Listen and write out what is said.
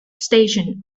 station